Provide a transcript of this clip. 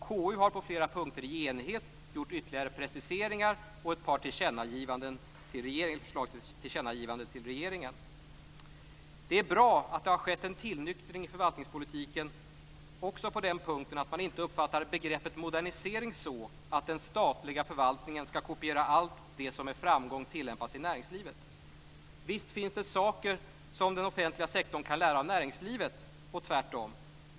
KU har på flera punkter i enighet gjort ytterligare preciseringar. KU har också ett par förslag till tillkännagivanden till regeringen. Det är bra att det skett en tillnyktring i förvaltningspolitiken också på den punkten att man inte uppfattar begreppet "modernisering" så att den statliga förvaltningen skall kopiera allt det som med framgång tillämpas i näringslivet. Visst finns det saker som den offentliga sektorn kan lära av näringslivet och tvärtom.